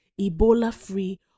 Ebola-free